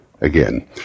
again